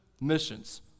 missions